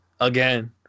again